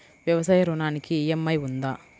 వ్యవసాయ ఋణానికి ఈ.ఎం.ఐ ఉందా?